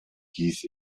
hieß